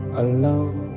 alone